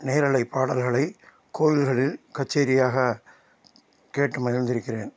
நேரலை பாடல்களை கோவில்களில் கச்சேரியாக கேட்டு மகிழ்ந்திருக்கிறேன்